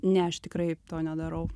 ne aš tikrai to nedarau